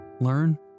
learn